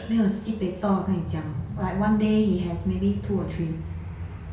没有 sibeh toh 我跟你讲 like one day he has maybe two or three